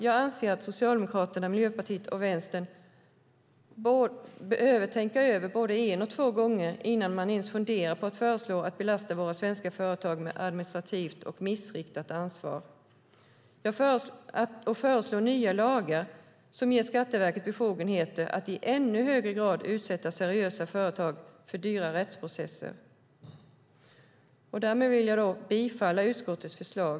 Jag anser att Socialdemokraterna, Miljöpartiet och Vänsterpartiet bör tänka både en och två gånger innan de ens funderar på att föreslå att man ska belasta våra svenska företag med administrativt och missriktat ansvar och föreslå nya lagar som ger Skatteverket befogenhet att i ännu högre grad utsätta seriösa företag för dyra rättsprocesser. Därmed yrkar jag bifall till utskottets förslag.